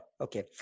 okay